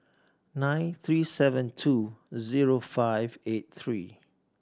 nine three seven two zero five eight three